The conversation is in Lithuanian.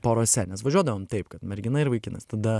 porose nes važiuodavom taip kad mergina ir vaikinas tada